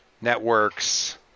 networks